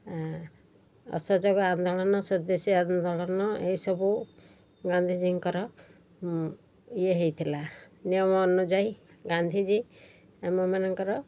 ଅସହଯୋଗ ଆନ୍ଦୋଳନ ସ୍ଵଦେଶୀ ଆନ୍ଦୋଳନ ଏସବୁ ଗାନ୍ଧୀଜୀଙ୍କର ଇଏ ହୋଇଥିଲା ନିୟମ ଅନୁଯାୟୀ ଗାନ୍ଧୀଜୀ ଆମମାନଙ୍କର